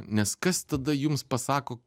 nes kas tada jums pasako